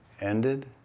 ended